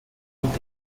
gut